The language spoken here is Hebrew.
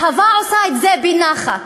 להב"ה עושה את זה בנחת,